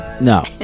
No